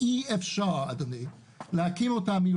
אי אפשר אדוני מרחוק,